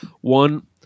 One